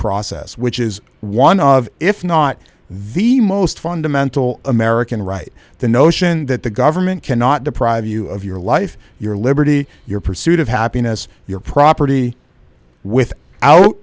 process which is one of if not the most fundamental american right the notion that the government cannot deprive you of your life your liberty your pursuit of happiness your property with out